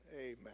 Amen